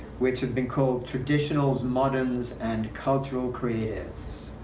which have been called traditionals, moderns, and cultural creatives.